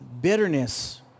bitterness